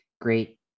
great